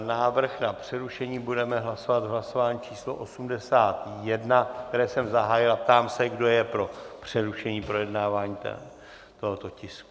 Návrh na přerušení budeme hlasovat v hlasování pořadové číslo 81, které jsem zahájil, a ptám se, kdo je pro přerušení projednávání tohoto tisku?